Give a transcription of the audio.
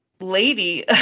lady